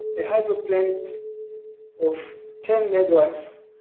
a hydro plant of ten megawatts,